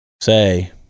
say